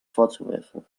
vorzuwerfen